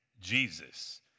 Jesus